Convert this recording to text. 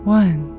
one